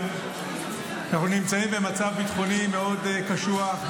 אנחנו נמצאים במצב ביטחוני מאוד קשוח,